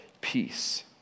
peace